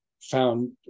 found